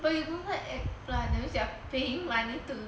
but you don't like eggplant that means you are paying money to